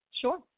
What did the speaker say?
Sure